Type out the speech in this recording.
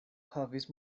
havis